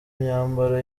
myambaro